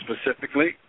specifically